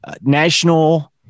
national